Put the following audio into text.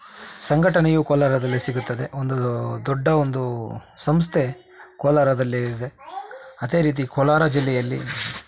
ಸಂಘಟನೆಯು ಕೋಲಾರದಲ್ಲಿ ಸಿಗುತ್ತದೆ ಒಂದು ದೊಡ್ಡ ಒಂದು ಸಂಸ್ಥೆ ಕೋಲಾರದಲ್ಲಿ ಇದೆ ಅದೇ ರೀತಿ ಕೋಲಾರ ಜಿಲ್ಲೆಯಲ್ಲಿ